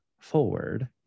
forward